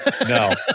No